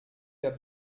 der